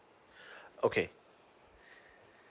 okay